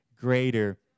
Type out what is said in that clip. greater